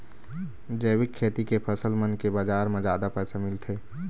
जैविक खेती के फसल मन के बाजार म जादा पैसा मिलथे